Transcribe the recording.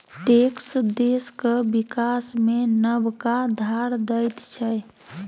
tax देशक बिकास मे नबका धार दैत छै